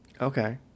okay